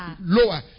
lower